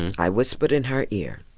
and i whispered in her ear.